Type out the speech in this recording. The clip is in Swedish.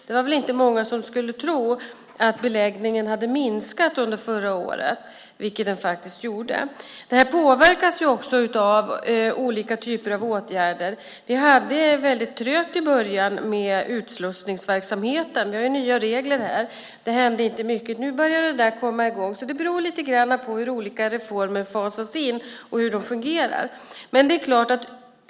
Det var inte många som skulle tro att beläggningen hade minskat under förra året, vilket den faktiskt gjorde. Det här påverkas också av olika typer av åtgärder. Det var trögt i början med utslussningsverksamheten. Här finns nya regler. Det hände inte mycket. Nu börjar det komma i gång. Det beror lite grann på hur olika reformer fasas in och hur de fungerar.